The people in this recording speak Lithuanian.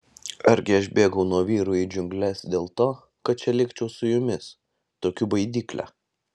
argi aš bėgau nuo vyrų į džiungles dėl to kad čia likčiau su jumis tokiu baidykle